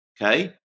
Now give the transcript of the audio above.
Okay